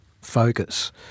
focus